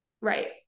right